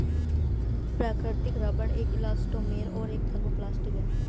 प्राकृतिक रबर एक इलास्टोमेर और एक थर्मोप्लास्टिक है